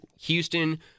Houston